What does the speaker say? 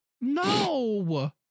No